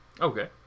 Okay